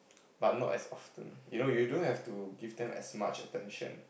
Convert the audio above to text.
but not as often you know you don't have to give them as much attention